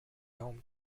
home